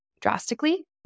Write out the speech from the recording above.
drastically